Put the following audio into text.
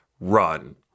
run